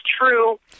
true